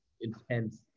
intense